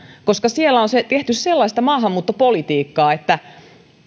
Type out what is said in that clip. koska siellä on tehty sellaista maahanmuuttopolitiikkaa että